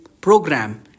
program